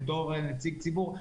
כנציג ציבור,